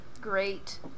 great